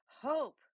Hope